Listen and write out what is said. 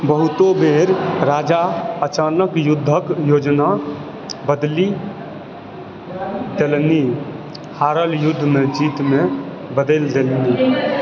बहुतो बेर राजा अचानक युद्धक योजना बदलि देलनि हारल युद्धमे जीतमे बदलि देलनि